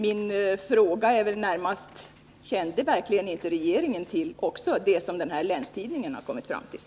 Min fråga är: Kände regeringen verkligen inte till det som länstidningen kommit fram till?